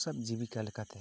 ᱦᱟᱹᱠᱩ ᱥᱟᱵ ᱡᱤᱵᱤᱠᱟ ᱞᱮᱠᱟ ᱛᱮ